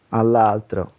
all'altro